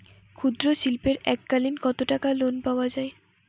ক্ষুদ্রশিল্পের এককালিন কতটাকা লোন পাওয়া য়ায়?